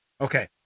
Okay